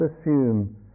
assume